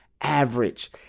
average